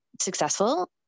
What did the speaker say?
successful